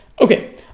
Okay